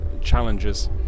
challenges